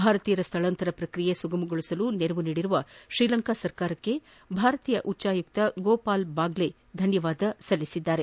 ಭಾರತೀಯರ ಸ್ಥಳಾಂತರ ಪ್ರಕ್ರಿಯೆಯನ್ನು ಸುಗಮಗೊಳಿಸಲು ನೆರವು ನೀಡಿರುವ ಶ್ರೀಲಂಕಾ ಸರ್ಕಾರಕ್ಕೆ ಭಾರತೀಯ ಹೈಕಮಿಷನರ್ ಗೋಪಾಲ್ ಬಾಗ್ಲೆ ಧನ್ಯವಾದ ಸಲ್ಲಿಸಿದ್ದಾರೆ